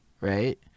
right